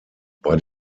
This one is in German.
bei